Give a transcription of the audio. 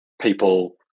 people